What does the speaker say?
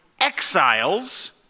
exiles